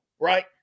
Right